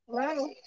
Hello